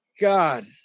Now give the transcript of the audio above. God